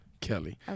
Kelly